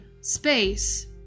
space